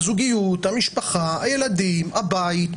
הזוגיות, המשפחה, הילדים, הבית.